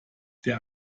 der